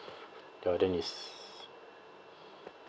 ya then it's